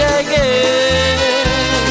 again